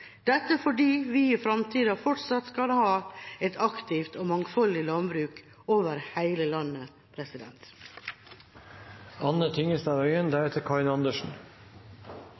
dette fordi vi i framtida fortsatt skal ha et aktivt og mangfoldig landbruk over hele landet.